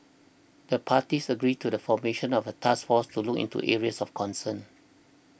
the parties agreed to the formation of a task force to look into areas of concern